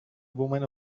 woman